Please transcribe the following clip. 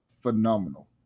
phenomenal